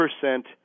percent